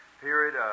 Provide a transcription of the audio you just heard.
Period